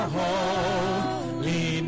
holy